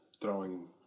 throwing